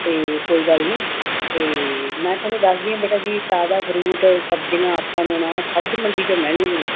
ਅਤੇ ਕੋਈ ਗੱਲ ਨਹੀਂ ਅਤੇ ਮੈਂ ਤੁਹਾਨੂੰ ਦੱਸਦੀ ਹਾਂ ਬੇਟਾ ਜੀ ਤਾਜ਼ਾ ਫਰੂਟ ਸਬਜ਼ੀਆਂ ਆਪਾਂ ਨੂੰ ਨਾ ਸਬਜ਼ੀ ਮੰਡੀ 'ਚੋਂ ਮਿਲਣਗੀਆਂ